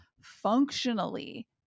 functionally